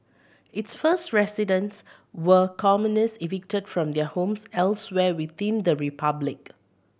its first residents were commoners evicted from their homes elsewhere within the republic